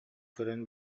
көрөн